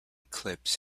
clips